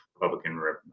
Republican